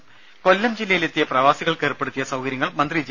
രേര കൊല്ലം ജില്ലയിലെത്തിയ പ്രവാസികൾക്ക് ഏർപ്പെടുത്തിയ സൌകര്യങ്ങൾ മന്ത്രി ജെ